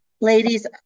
ladies